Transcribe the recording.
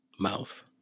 mouth